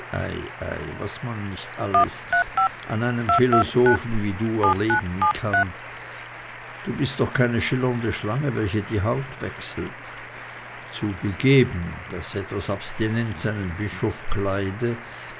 was kann man nicht alles an einem philosophen wie du erleben du bist doch keine schillernde schlange welche die haut wechselt zugegeben daß etwas abstinenz einen bischof kleide